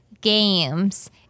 games